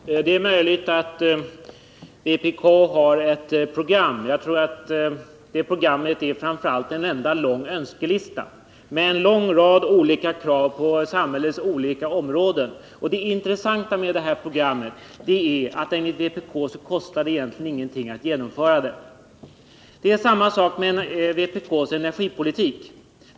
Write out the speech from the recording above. Herr talman! Det är möjligt att vpk har ett program. Jag tror att det programmet framför allt är en enda lång önskelista med en lång rad olika krav på samhällets olika områden. Det intressanta med det programmet är att enligt vpk kostar det egentligen ingenting att genomföra det. Och det är samma sak med vpk:s energipolitik.